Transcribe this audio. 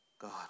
God